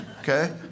Okay